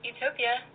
Utopia